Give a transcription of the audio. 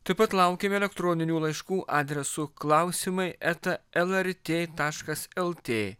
taip pat laukiame elektroninių laiškų adresu klausimai eta lrt taškas lt